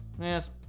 yes